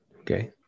okay